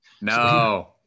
no